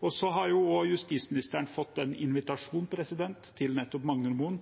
har også fått en invitasjon til Magnormoen,